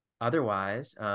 Otherwise